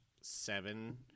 seven